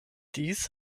dies